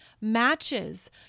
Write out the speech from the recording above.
matches